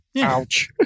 Ouch